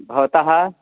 भवतः